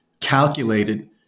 calculated